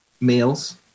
males